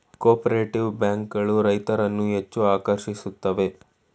cooperative bank ಗಳು ರೈತರನ್ನು ಹೆಚ್ಚು ಆಕರ್ಷಿಸುತ್ತವೆ